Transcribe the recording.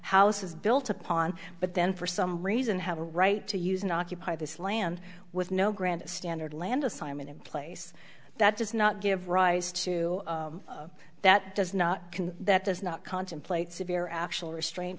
houses built upon but then for some reason have a right to use and occupy this land with no grand standard land assignment in place that does not give rise to that does not can that does not contemplate severe actual restraint